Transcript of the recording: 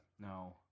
No